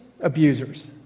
abusers